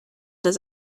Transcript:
does